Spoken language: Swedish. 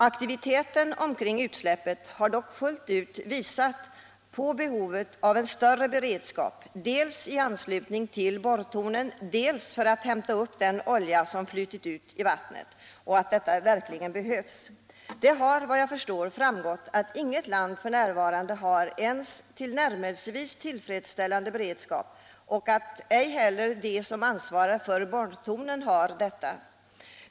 Aktiviteten omkring utsläppet har fullt ut visat på behovet av en större beredskap, dels i anslutning till borrtornen, dels för att hämta upp den olja som flyter ut i vattnet. Det har, enligt vad jag förstår, framgått att inget land f. n. har ens en tillnärmelsevis tillfredsställande beredskap och att inte heller de som ansvarar för borrtornen har det.